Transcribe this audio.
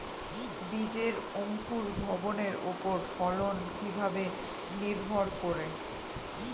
বীজের অঙ্কুর ভবনের ওপর ফলন কিভাবে নির্ভর করে?